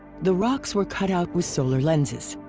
the rocks were cut out with solar lenses.